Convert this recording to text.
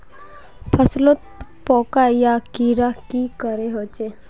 फसलोत पोका या कीड़ा की करे होचे?